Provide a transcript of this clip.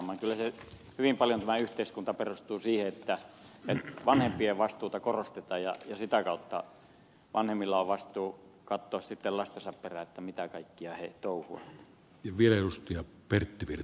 kyllä hyvin paljon tämä yhteiskunta perustuu siihen että vanhempien vastuuta korostetaan ja sitä kautta vanhemmilla on vastuu katsoa lastensa perään mitä kaikkea he touhuavat